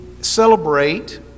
celebrate